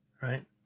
right